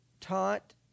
taught